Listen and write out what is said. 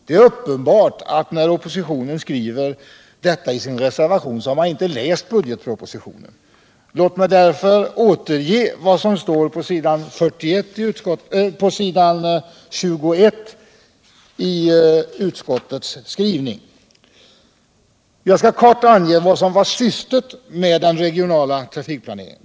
Det är uppenbart att när oppositionen skriver detta i sin reservation har man inte läst budgetpropositionen. Låt mig därför återge vad som står på s. 21 i utskottets skrivning. Jag skall kortfattat ange syftena med den regionala trafikplaneringen.